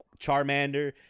Charmander